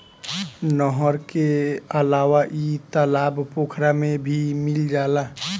नहर के अलावा इ तालाब पोखरा में भी मिल जाला